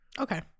Okay